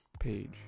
page